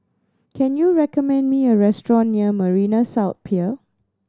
can you recommend me a restaurant near Marina South Pier